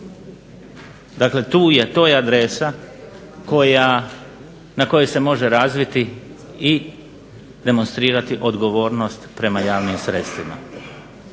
Dakle, to je adresa na kojoj se može razviti i demonstrirati odgovornost prema javnim sredstvima.